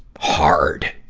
hard!